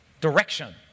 direction